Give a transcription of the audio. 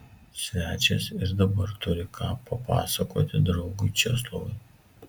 svečias ir dabar turi ką papasakoti draugui česlovui